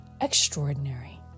extraordinary